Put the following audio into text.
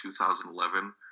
2011